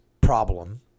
problem